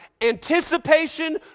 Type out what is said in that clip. Anticipation